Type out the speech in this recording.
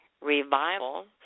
Revival